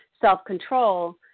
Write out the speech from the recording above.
self-control